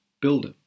builder